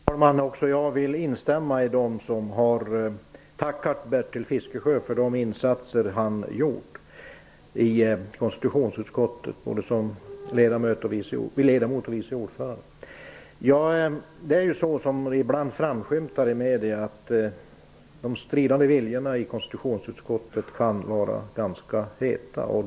Fru talman! Också jag vill instämma med dem som har tackat Bertil Fiskesjö för de insatser han har gjort i konstitutionsutskottet både som ledamot och vice ordförande. Som det ibland framskymtar i medierna kan de stridande viljorna i konstitutionsutskottet vara ganska heta.